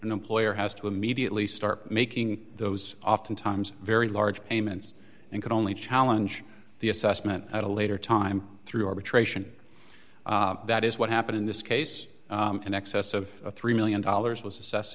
an employer has to immediately start making those oftentimes very large payments and can only challenge the assessment at a later time through arbitration that is what happened in this case an excess of three million dollars was assessed